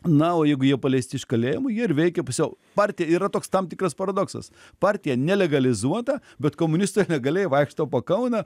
na o juk jeigu jie paleisti iš kalėjimų ir veikia pusiau partija yra toks tam tikras paradoksas partija nelegalizuota bet komunistai legaliai vaikšto po kauną